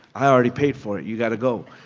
i already paid for it. you got to go.